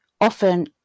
often